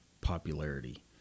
popularity